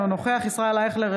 אינו נוכח ישראל אייכלר,